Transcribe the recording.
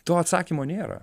to atsakymo nėra